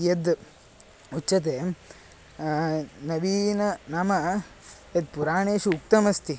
यद् उच्यते नवीन नाम यत् पुराणेषु उक्तमस्ति